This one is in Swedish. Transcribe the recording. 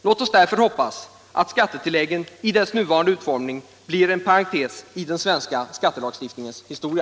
Låt oss därför hoppas att skattetilläggen i deras nuvarande utformning blir en parentes i den svenska skattelagstiftningens historia.